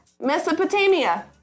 Mesopotamia